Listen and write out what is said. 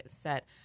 set